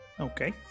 Okay